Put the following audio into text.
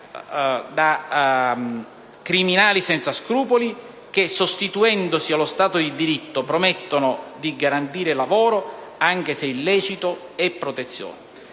da criminali senza scrupoli che, sostituendosi allo Stato di diritto, promettono di garantire lavoro, anche se illecito, e protezione.